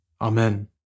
Amen